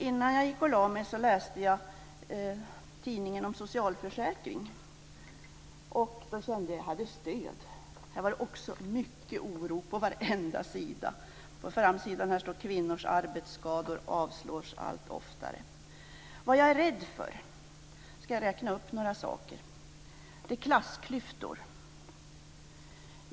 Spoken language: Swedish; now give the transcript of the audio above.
Innan jag gick och lade mig läste jag tidningen om socialförsäkring, och då kände jag att jag hade stöd. Där är det också oro på varenda sida. På första sidan står det: Kvinnors arbetsskador avslås allt oftare. Vad är jag rädd för? Jag ska räkna upp några saker. Det är klassklyftor.